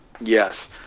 Yes